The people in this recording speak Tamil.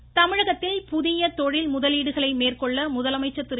முதலமைச்சர் தமிழகத்தில் புதிய தொழில் முதலீடுகளை மேற்கொள்ள முதலமைச்சர் திரு